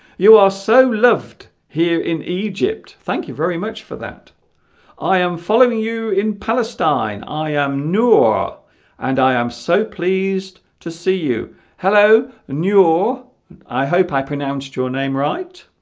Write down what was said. you are so loved here in egypt thank you very much for that i am following you in palestine i am new or and i i am so pleased to see you hello new or i hope i pronounced your name right